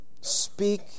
speak